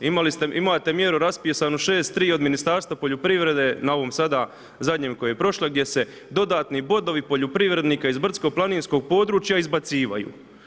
Imate mjeru raspisanu 6.3 od ministarstva poljoprivrede na ovom sada zadnjem koji je prošlo gdje se dodatni bodovi poljoprivrednika iz brdsko planinskog područja izbacivaju.